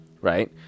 right